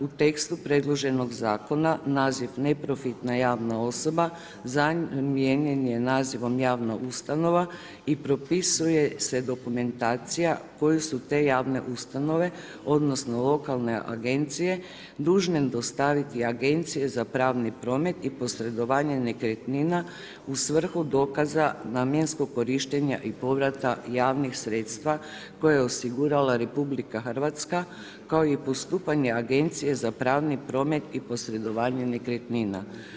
U tekstu predloženog Zakona naziv neprofitna javna osoba zamijenjen je nazivom javna ustanova i propisuje se dokumentacija koju su te javne ustanove odnosno lokalne agencije dužne dostaviti Agenciji za pravni promet i posredovanje nekretnina u svrhu dokaza namjenskog korištenja i povrata javnih sredstava koja je osigurala RH, kao i postupanje Agencije za pravni promet i posredovanje nekretnina.